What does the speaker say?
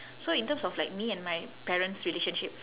so in terms of like me and my parents relationship